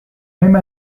même